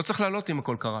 לא צריך לעלות אם הכול קרס.